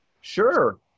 Sure